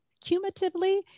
cumulatively